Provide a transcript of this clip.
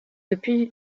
depuis